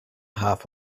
half